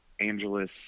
Angeles